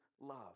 love